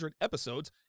episodes